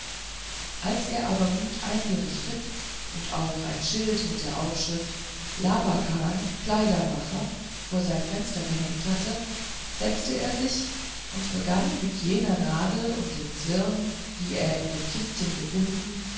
als er alles gut eingerichtet und auch einen schild mit der aufschrift labakan kleidermacher vor sein fenster gehängt hatte setzte er sich und begann mit jener nadel und dem zwirn die er in dem kistchen gefunden